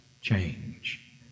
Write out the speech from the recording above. change